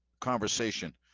conversation